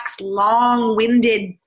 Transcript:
long-winded